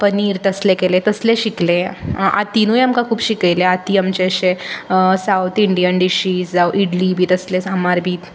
पनीर तसलें केलें तसलें शिकलें तिनूय आमकां खूब शिकयलें आती आमचें अशें सावथ इंडियन डिशीस जांव इडली बी तसलें सांबार बी